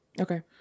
okay